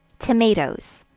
tomatoes.